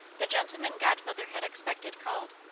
the gentleman godmother had expected called.